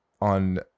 on